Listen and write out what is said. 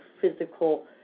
physical